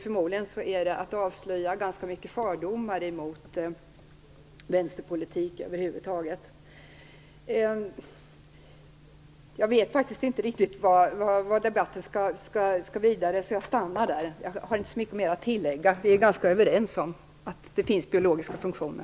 Förmodligen skulle det avslöja ganska många fördomar mot vänsterpolitik över huvud taget. Jag stannar där. Jag har inte så mycket mer att tilllägga. Vi är överens om att det finns biologiska funktioner.